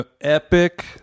epic